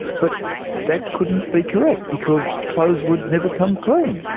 but that couldn't be correct, because clothes would never come clean.